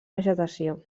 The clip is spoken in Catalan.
vegetació